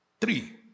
Three